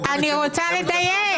אני רוצה לדייק.